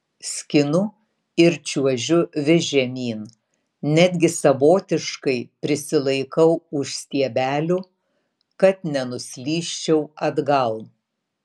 skinu ir čiuožiu vis žemyn netgi savotiškai prisilaikau už stiebelių kad nenuslysčiau atgal